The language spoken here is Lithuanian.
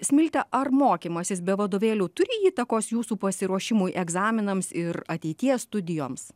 smilte ar mokymasis be vadovėlių turi įtakos jūsų pasiruošimui egzaminams ir ateities studijoms